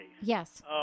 Yes